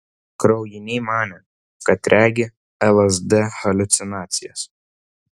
kraujiniai manė kad regi lsd haliucinacijas